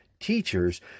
teachers